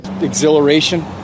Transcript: Exhilaration